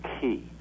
key